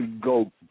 go